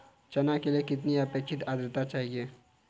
चना के लिए कितनी आपेक्षिक आद्रता चाहिए?